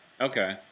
okay